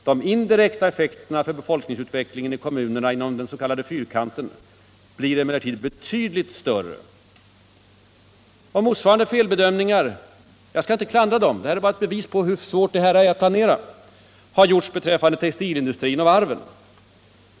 De indirekta effekterna för befolkningsutvecklingen i kommunerna inom den s.k. fyrkanten —--- blir emellertid betydligt större.” Och motsvarande felbedömningar — jag skall inte kritisera dessa; detta är bara ett bevis på hur svårt det är att planera — har gjorts beträffande textilindustrin och varven.